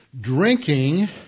Drinking